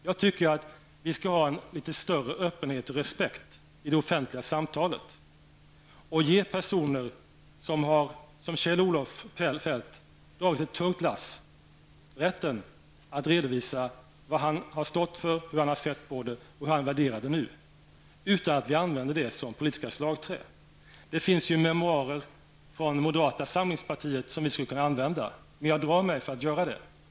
Jag tycker att vi skall ha en litet större öppenhet och respekt i de offentliga samtalen och ge en person som Kjell-Olof Feldt, som dragit ett tungt lass, rätten att redovisa vad han har stått för, hur han ser på det och hur han värderar det nu, utan att använda det som politiskt slagträd. Det finns ju memoarer från moderata samlingspartiets representanter också som vi skulle kunna använda, men jag drar mig för att göra det.